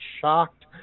shocked